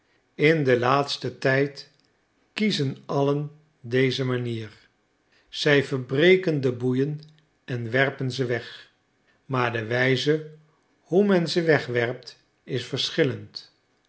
in den laatsten tijd kiezen allen deze manier zij verbreken de boeien en werpen ze weg maar de wijze hoe men ze wegwerpt is verschillend